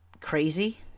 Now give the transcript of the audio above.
crazy